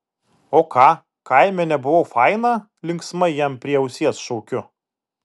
o ką kaime nebuvau faina linksmai jam prie ausies šaukiu